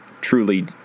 truly